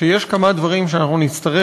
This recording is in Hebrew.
שיש כמה דברים שאנחנו נצטרך,